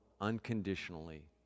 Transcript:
unconditionally